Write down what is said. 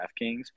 DraftKings